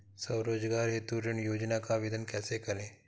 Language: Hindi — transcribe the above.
स्वरोजगार हेतु ऋण योजना का आवेदन कैसे करें?